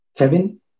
Kevin